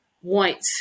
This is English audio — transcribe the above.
white